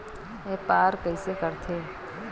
व्यापार कइसे करथे?